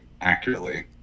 accurately